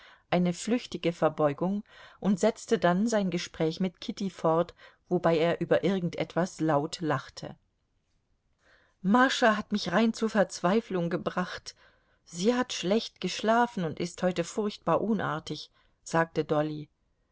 eine flüchtige verbeugung und setzte dann sein gespräch mit kitty fort wobei er über irgend etwas laut lachte mascha hat mich rein zur verzweiflung gebracht sie hat schlecht geschlafen und ist heute furchtbar unartig sagte dolly